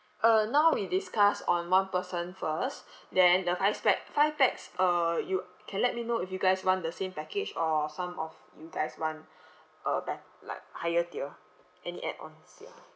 uh now we discuss on one person first then the five pax five pax uh you can let me know if you guys want the same package or some of you guys want a bet~ like higher tier any add ons ya